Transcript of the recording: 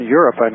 Europe